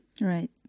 Right